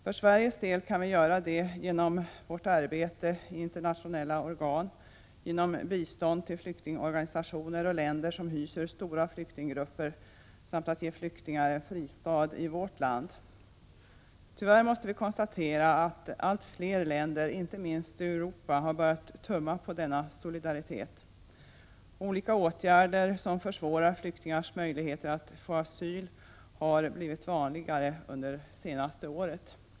För Sveriges del kan vi göra det genom vårt arbete i internationella organ, genom bistånd till flyktingorganisationer och länder som hyser stora flyktinggrupper samt genom att ge flyktingar en fristad i vårt land. Tyvärr måste vi konstatera att allt fler länder, inte minst i Europa, har börjat tumma på denna solidaritet. Olika åtgärder som försvårar flyktingars möjligheter att få asyl har blivit vanligare under det senaste året.